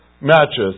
matches